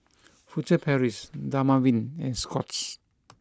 Furtere Paris Dermaveen and Scott's